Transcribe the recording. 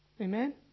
Amen